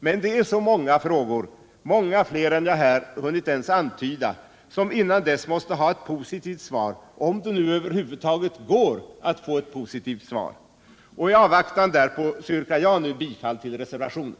Det är emellertid många frågor, många fler än jag ens hunnit antyda, som innan dess måste ha ett positivt svar — om det nu över huvud taget går att få ett sådant — och i avvaktan därpå yrkar jag bifall till reservationen.